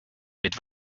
mit